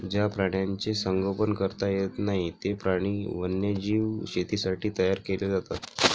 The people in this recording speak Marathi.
ज्या प्राण्यांचे संगोपन करता येत नाही, ते प्राणी वन्यजीव शेतीसाठी तयार केले जातात